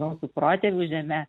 mūsų protėvių žeme